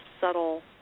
subtle